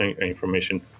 information